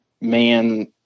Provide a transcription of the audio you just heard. man